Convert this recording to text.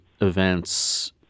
events